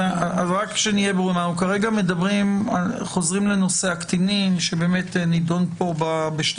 אנחנו כרגע חוזרים לנושא הקטינים שנדון כאן בשתי